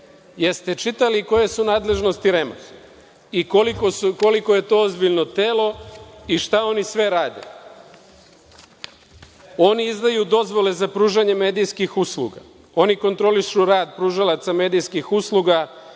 Jeste li čitali koje su nadležnosti REM-a i koliko je to ozbiljno telo i šta oni sve rade? Oni izdaju dozvole za pružanje medijskih usluga, oni kontrolišu rad pružalaca medijskih usluga